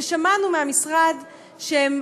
ושמענו מהמשרד שהם,